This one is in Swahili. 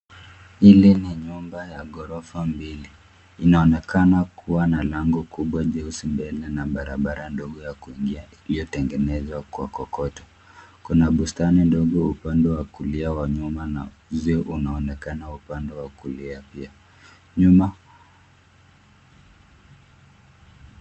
Ile ni nyumba ya gorofa mbili. Inaonekana kuwa na lango kubwa jeusi mbele na barabara ndogo ya kuingia iliyotengenezwa kwa kokoto. Kuna bustani ndogo upande wa kulia wa nyuma na uzio unaonekana upande wa kulia pia. Nyuma...